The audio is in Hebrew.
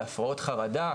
להפרעות חרדה,